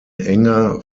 enger